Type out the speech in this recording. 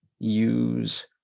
use